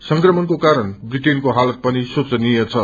संक्रमणको कारण ब्रिटेनको हालत पनि शेचनीय छ